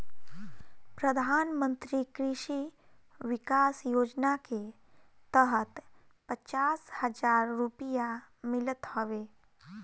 प्रधानमंत्री कृषि विकास योजना के तहत पचास हजार रुपिया मिलत हवे